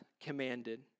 commanded